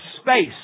space